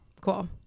cool